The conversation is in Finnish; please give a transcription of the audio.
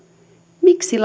miksi